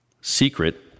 secret